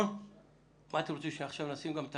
האם אתם רוצים שנשים עכשיו גם את